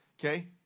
okay